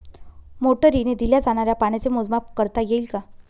मोटरीने दिल्या जाणाऱ्या पाण्याचे मोजमाप करता येईल का?